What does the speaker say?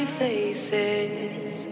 faces